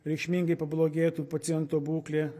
reikšmingai pablogėtų paciento būklė